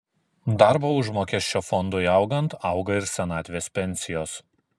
darbo užmokesčio fondui augant auga ir senatvės pensijos